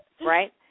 right